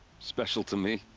special to me?